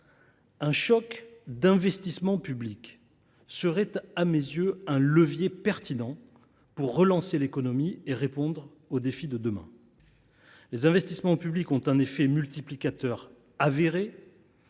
Un choc d’investissement public serait, à mes yeux, un levier pertinent pour relancer l’économie et répondre aux défis de demain. Les investissements publics ont un effet multiplicateur avéré